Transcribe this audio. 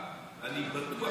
אני בטוח